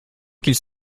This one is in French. qu’ils